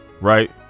Right